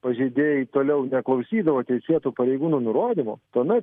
pažeidėjai toliau neklausydavo teisėtų pareigūnų nurodymų tuomet